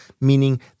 meaning